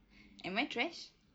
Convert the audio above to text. am I trash